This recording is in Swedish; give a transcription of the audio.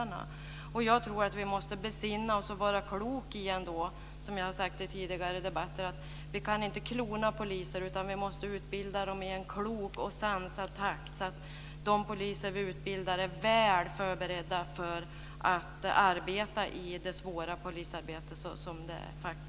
Jag tror att vi måste besinna oss och vara kloka, som jag har sagt i tidigare debatter. Vi kan inte klona poliser, utan vi måste utbilda dem i en sansad takt så att de poliser vi utbildar är väl förberedda för det svåra polisarbetet.